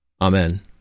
Amen